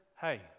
Hey